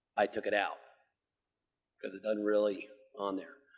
i took it out because it doesn't really on there.